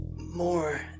more